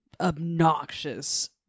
obnoxious